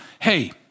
hey